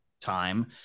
time